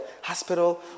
hospital